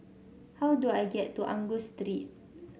how do I get to Angus Street